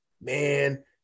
man